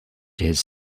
his